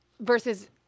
versus